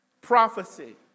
Prophecy